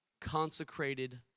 Consecrated